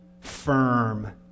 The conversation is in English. firm